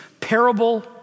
parable